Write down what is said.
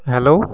hello